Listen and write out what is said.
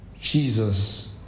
Jesus